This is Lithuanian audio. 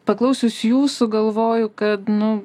paklausius jūsų galvoju kad nu